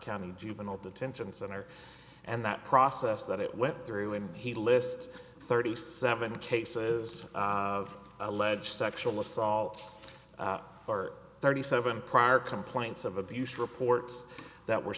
county juvenile detention center and that process that it went through and he lists thirty seven cases of alleged sexual assaults or thirty seven prior complaints of abuse reports that were